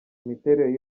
imiterere